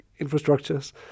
infrastructures